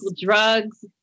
drugs